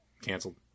Canceled